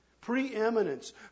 Preeminence